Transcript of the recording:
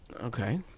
Okay